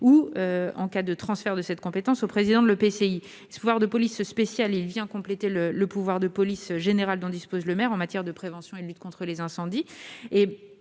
ou, en cas de transfert de cette compétence, de celle du président de l'EPCI. Ce pouvoir de police spéciale vient compléter le pouvoir de police générale du maire en matière de prévention et de lutte contre les incendies.